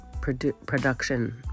production